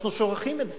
אנחנו שוכחים את זה.